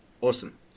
Awesome